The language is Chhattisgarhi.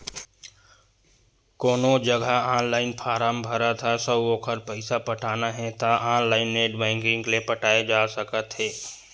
कोनो जघा ऑनलाइन फारम भरत हस अउ ओखर पइसा पटाना हे त ऑनलाइन नेट बैंकिंग ले पटाए जा सकत हे